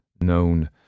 known